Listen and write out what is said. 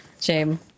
Shame